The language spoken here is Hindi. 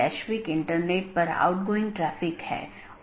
BGP AS के भीतर कार्यरत IGP को प्रतिस्थापित नहीं करता है